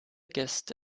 gäste